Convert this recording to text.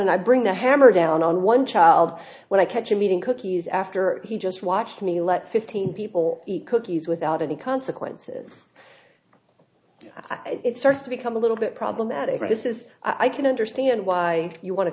and i bring the hammer down on one child when i catch him eating cookies after he just watched me let fifteen people eat cookies without any consequences i think it starts to become a little bit problematic but this is i can understand why you want to